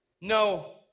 No